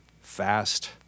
fast